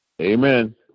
Amen